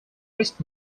risk